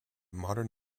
modern